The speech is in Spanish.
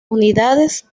unidades